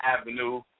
Avenue